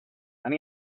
and